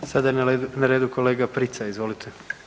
Sada je na redu kolega Prica, izvolite.